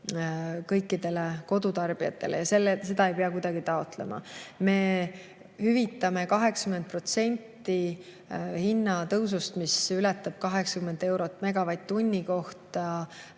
kõikidele kodutarbijatele. Ja seda ei pea kuidagi taotlema. Me hüvitame 80% hinnatõusust, mis ületab 80 eurot megavatt-tunni kohta,